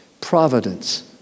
Providence